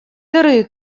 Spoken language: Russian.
дыры